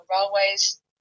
railways